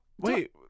Wait